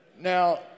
Now